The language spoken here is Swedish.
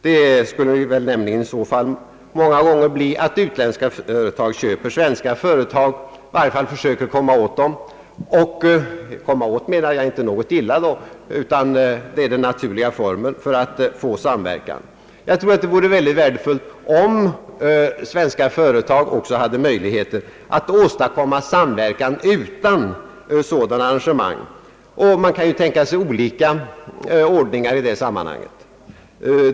Det skulle nämligen i så fall många gånger resultera i att utländska företag köper svenska, eller att de i varje fall försöker komma åt dem — med orden »komma åt» menar jag inte något illa, det är den naturliga formen att nå samverkan. Det vore värdefullt om svenska företag också hade möjligheter att åstadkomma samverkan utan sådana arrangemang. Man kan tänka sig olika anordningar i det sammanhanget.